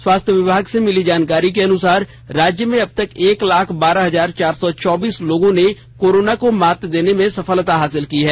स्वास्थ्य विभाग से मिली जानकारी के अनुसार राज्य में अब तक एक लाख बारह हजार चार सौ चौबीस लोगों ने कोरोना को मात देने में सफलता हासिल की है